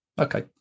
Okay